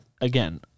Again